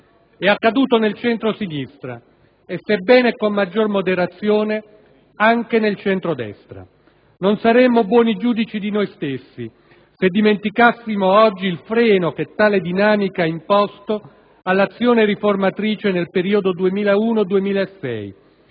È accaduto nel centrosinistra e, sebbene con maggior moderazione, anche nel centrodestra. Non saremmo buoni giudici di noi stessi se dimenticassimo oggi il freno che tale dinamica ha imposto all'azione riformatrice nel periodo 2001-2006